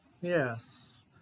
Yes